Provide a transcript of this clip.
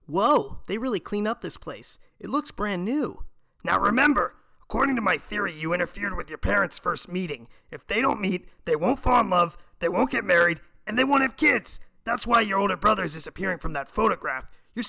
well they really clean up this place it looks brand new now remember according to my theory you interfered with your parents first meeting if they don't meet they won't fall in love they won't get married and they wanted kids that's why your older brother is disappearing from that photograph your